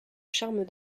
charme